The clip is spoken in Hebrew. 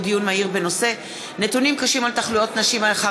דיון מהיר בנושא: נתונים קשים על תחלואת נשים לאחר